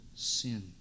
sin